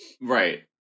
Right